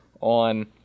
on